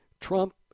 Trump